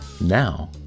Now